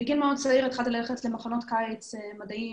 בגיל מאוד צעיר התחלתי ללכת למחנות קיץ מדעיים,